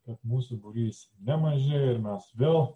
kad mūsų būrys nemažėja ir mes vėl